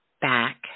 back